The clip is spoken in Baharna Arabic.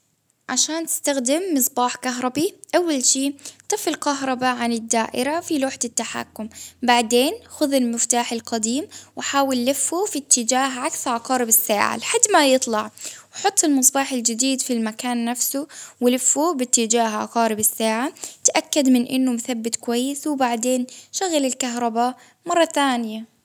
عشان تستخدم مصباح كهربي، أول شي قفل كهربا عن الدائرة في لوحة التحكم، بعدين خذ المفتاح القديم وحاول لفه في إتجاه عكس عقارب الساعة لحد ما يطلع، حط المصباح الجديد في المكان نفسه، ولفوه بإتجاه عقارب الساعة، تأكد من إنه كويس وبعدين شغل الكهرباء مرة ثانية.